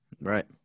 right